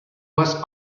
was